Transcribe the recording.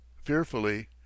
fearfully